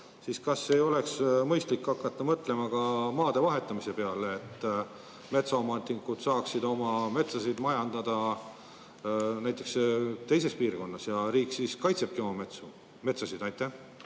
siis kas ei oleks mõistlik hakata mõtlema ka maade vahetamise peale, et metsaomanikud saaksid oma metsa majandada näiteks teises piirkonnas, ja riik siis kaitsebki oma metsasid? Aitäh!